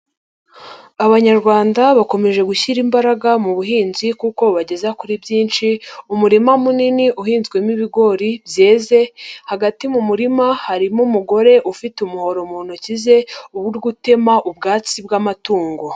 Abanyarwanda bakomeje gushyira imbaraga mu buhinzi kuko bubageza kuri byinshi, umurima munini uhinzwemo ibigori byeze hagati mu murima harimo umugore ufite umuhoro mu ntoki ze uri gutema ubwatsi bw'amatungo.